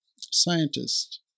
scientist